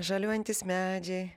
žaliuojantys medžiai